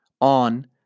on